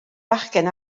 bachgen